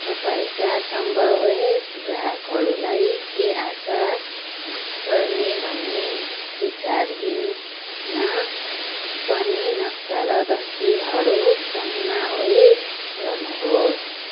तपाईँका सम्भवित ग्राहकहरूलाई के आशा गर्ने भन्ने विचार दिन पनि नक्सा र तस्बिरहरू समावेश गर्नुहोस्